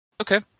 Okay